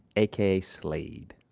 aka slade